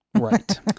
right